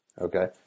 Okay